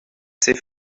ses